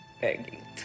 begging